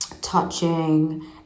touching